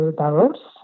barrels